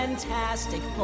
fantastic